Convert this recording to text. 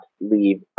leave